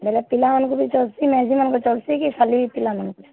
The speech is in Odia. ପିଲାମାନ୍ଙ୍କୁ ବି ଚଲ୍ସି ମାଇଝିମାନ୍ଙ୍କୁ ଚଲ୍ସି କି ଖାଲି ପିଲାମାନ୍ଙ୍କୁ